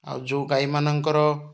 ଆଉ ଯେଉଁ ଗାଈମାନଙ୍କର